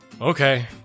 Okay